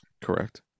Correct